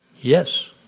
Yes